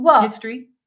history